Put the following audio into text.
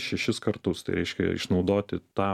šešis kartus tai reiškia išnaudoti tą